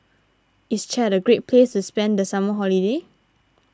is Chad a great place to spend the summer holiday